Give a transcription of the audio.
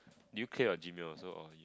do you clear your Gmail also or